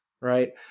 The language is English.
right